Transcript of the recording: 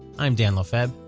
i'm dan lefebvre.